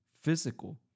physical